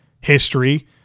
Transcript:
history